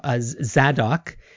Zadok